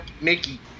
Mickey